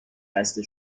بسته